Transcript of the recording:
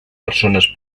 persones